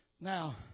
Now